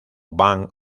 bank